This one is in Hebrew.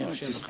אני אאפשר לך.